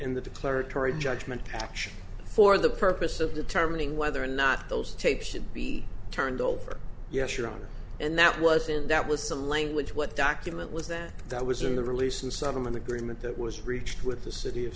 in the declaratory judgment action for the purpose of determining whether or not those tapes should be turned over yes your honor and that was in that with the language what document was that that was in the release and settlement agreement that was reached with the city of